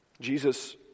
Jesus